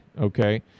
okay